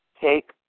Take